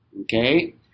Okay